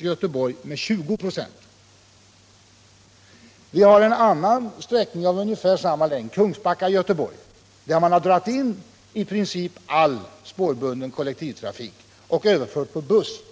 i Göteborg-Alingsås med 20 96. På en annan sträcka av ungefär samma längd, Kungsbacka-Göteborg, har man dragit in i princip all spårbunden trafik och övergått till busstrafik.